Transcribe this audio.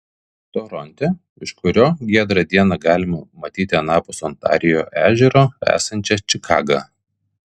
toronte iš kurio giedrą dieną galima matyti anapus ontarijo ežero esančią čikagą